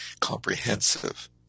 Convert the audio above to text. comprehensive